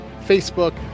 Facebook